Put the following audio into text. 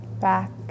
back